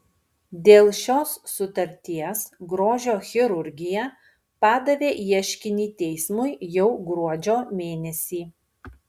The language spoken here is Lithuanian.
dėl šios sutarties grožio chirurgija padavė ieškinį teismui jau gruodžio mėnesį